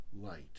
light